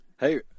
Hey